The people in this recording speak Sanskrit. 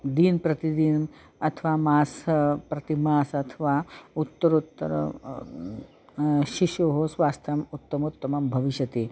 दिनं प्रतिदिनम् अथवा मासं प्रतिमासम् अथवा उत्तरोत्तरं शिशुः स्वास्थ्यम् उत्तमोत्तमं भविष्यति